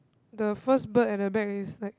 the first bird at the back is like